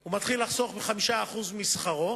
הוא מתחיל לחסוך 5% משכרו,